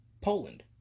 poland